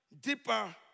deeper